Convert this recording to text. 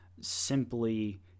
simply